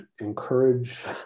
encourage